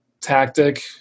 tactic